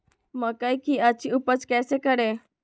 मकई की अच्छी उपज कैसे करे?